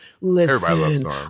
listen